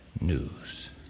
news